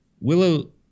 Willow